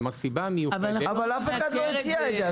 כלומר סיבה מיוחדת --- אבל אף אחד לא הציע את זה,